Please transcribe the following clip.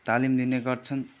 तालिम लिने गर्छन्